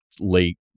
late